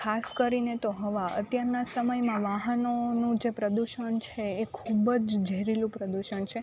ખાસ કરીને તો હવા અત્યારના સમયમાં વાહનોનું જે પ્રદૂષણ છે એ ખૂબ જ ઝેરીલું પ્રદૂષણ છે